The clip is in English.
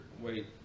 wait